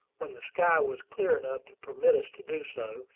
when the sky was clear enough to permit us to do so,